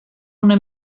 una